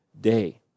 day